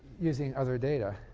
using other data.